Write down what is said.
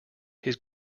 his